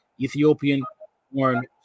Ethiopian-born